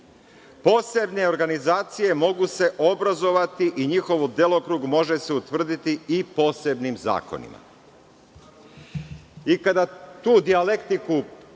Posebne organizacije mogu se obrazovati i njihov delokrug može se utvrditi i posebnim zakonima“. Kada tu dijalektiku